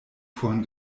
vorhin